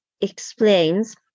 explains